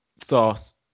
sauce